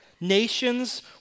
Nations